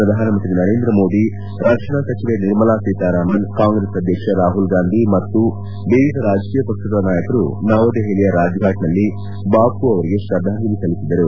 ಪ್ರಧಾನಮಂತ್ರಿ ನರೇಂದ್ರ ಮೋದಿ ರಕ್ಷಣಾ ಸಚಿವೆ ನಿರ್ಮಲಾ ಸೀತಾರಾಮನ್ ಕಾಂಗ್ರೆಸ್ ಅಧ್ಯಕ್ಷ ರಾಹುಲ್ ಗಾಂಧಿ ಮತ್ತು ವಿವಿಧ ರಾಜಕೀಯ ಪಕ್ಷಗಳ ನಾಯಕರು ನವದೆಹಲಿಯ ರಾಜಘಾಟ್ ನಲ್ಲಿ ಬಾಪೂ ಅವರಿಗೆ ಶ್ರದ್ದಾಂಜಲಿ ಸಲ್ಲಿಸಿದರು